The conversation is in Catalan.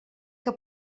que